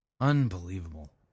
Unbelievable